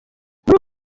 muri